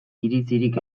iritzirik